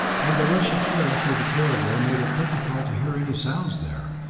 and the rush of air through the corridor made it difficult to hear any sounds there,